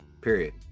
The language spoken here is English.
period